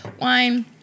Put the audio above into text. wine